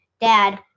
dad